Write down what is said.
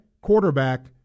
quarterback